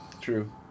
True